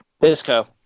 Bisco